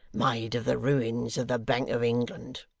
made of the ruins of the bank of england